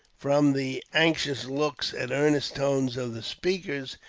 from the anxious looks and earnest tones of the speakers,